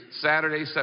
Saturday